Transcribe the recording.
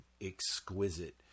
exquisite